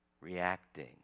reacting